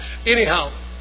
Anyhow